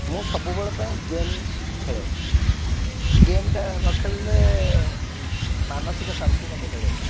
ମୁଁ ସବୁବେଳ ପାଇଁ ଗେମ୍ ଖେଳେ ଗେମ୍ଟା ନଖେଳିଲେ ମାନସିକ ଶାନ୍ତି ମୋତେ ମିଳେନି